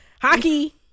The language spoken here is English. Hockey